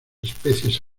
especies